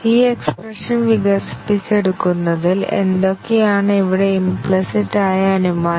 ഈ എക്സ്പ്രെഷൻ വികസിപ്പിച്ചെടുക്കുന്നതിൽ എന്തൊക്കെയാണ് ഇവിടെ ഇംപ്ലിസിറ്റ് ആയ അനുമാനം